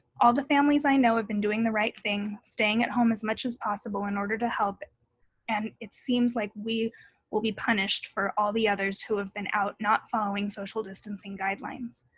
all the families i know have been doing the right thing, staying at home as much as possible in order to help and it seems like we will be punished for all the others who have been out not following social distancing guidelines.